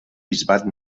bisbat